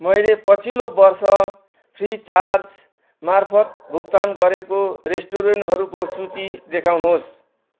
मैले पछिल्लो वर्ष फ्रिचार्ज मार्फत भुक्तान गरेको रेस्टुरेन्टहरूको सूची देखाउनुहोस्